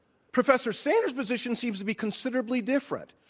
professor sander's position seems to be considerably different.